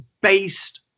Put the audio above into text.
based